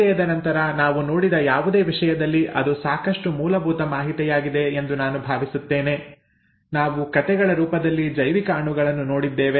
ಪರಿಚಯದ ನಂತರ ನಾವು ನೋಡಿದ ಯಾವುದೇ ವಿಷಯದಲ್ಲಿ ಅದು ಸಾಕಷ್ಟು ಮೂಲಭೂತ ಮಾಹಿತಿಯಾಗಿದೆ ಎಂದು ನಾನು ಭಾವಿಸುತ್ತೇನೆ ನಾವು ಕಥೆಗಳ ರೂಪದಲ್ಲಿ ಜೈವಿಕ ಅಣುಗಳನ್ನು ನೋಡಿದ್ದೇವೆ